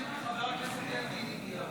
חבר הכנסת אלקין הגיע.